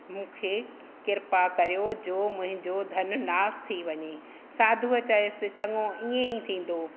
मूंखे किरपा करियो जो मुंहिंजो धन नास थी वञे साधुअ चयुसि चङो ईअं ई थींदो